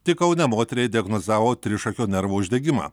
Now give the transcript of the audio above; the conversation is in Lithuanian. tik kaune moteriai diagnozavo trišakio nervo uždegimą